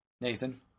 nathan